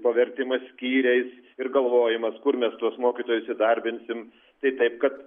pavertimas skyriais ir galvojimas kur mes tuos mokytojus įdarbinsim tai taip kad